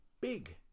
big